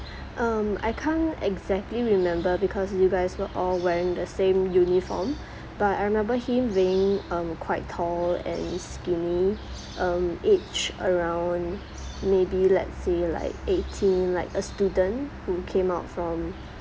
um I can't exactly remember because you guys were all wearing the same uniform but I remember him being um quite tall and skinny um age around maybe let's say like eighteen like a student who came out from